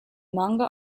manga